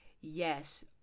yes